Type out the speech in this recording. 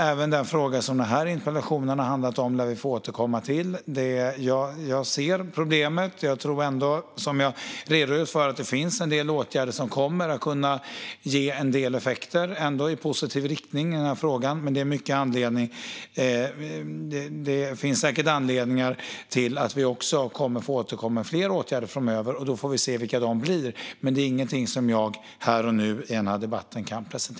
Även den fråga som denna interpellation handlar om lär vi få återkomma till. Jag ser problemet, men som jag har redogjort för tror jag ändå att det finns en del åtgärder som kommer att kunna ge en del effekter i positiv riktning i denna fråga. Det finns dock säkert anledningar att återkomma med fler åtgärder framöver. Vi får se vilka dessa åtgärder blir; det är ingenting som jag kan presentera här och nu i denna debatt.